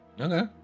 Okay